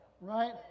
Right